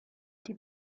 die